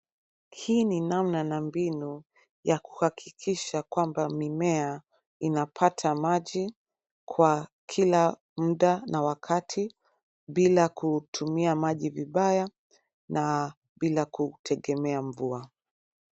Hii ni namna na mbinu, ya kuhakikisha kwamba mimea inapata maji kwa kila muda na wakati bila kutumia maji vibaya na bila kutegemea mvua.